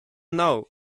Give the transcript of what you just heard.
know